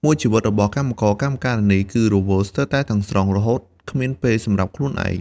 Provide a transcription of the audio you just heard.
មួយជីវិតរបស់កម្មករកម្មការិនីគឺរវល់ស្ទើរតែទាំងស្រុង រហូតគ្មានពេលសម្រាប់ខ្លួនឯង។